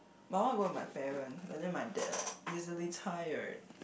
but I want to go with my parents but then my dad like easily tired